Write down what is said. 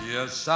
Yes